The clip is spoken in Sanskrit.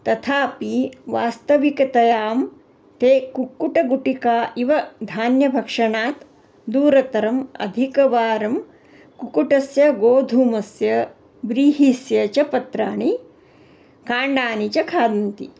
तथापि वास्तविकतायां ते कुक्कुटगुटिका इव धान्यभक्षणात् दूरतरम् अधिकवारं कुक्कुटस्य गोधूमस्य व्रीहेः च पत्राणि काण्डानि च खादन्ति